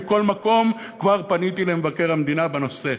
מכל מקום, כבר פניתי למבקר המדינה בנושא.